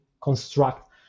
construct